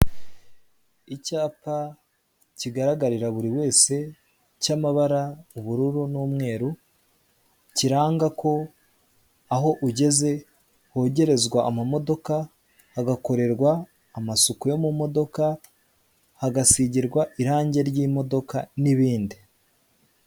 Icyapa kigaragarira buri wese cy'amabara ubururu n'imweru kiranga ko aho ugeze hogerezwa amamodoka, hagakorerwa amasuku yo mu modoka, hagasigirwa irange ryo mu modoka n'ibindi.